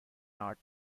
not